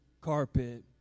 carpet